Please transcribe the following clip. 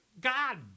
God